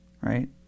right